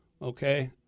okay